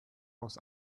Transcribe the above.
aus